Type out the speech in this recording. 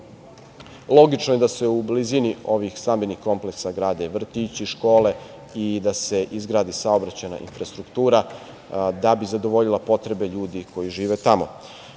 Logično je da se u blizini ovih stambenih kompleksa grade vrtići, škole i da se izgradi saobraćajna infrastruktura, da bi zadovoljila potrebe ljudi koji žive tamo. Ovim